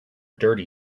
dirty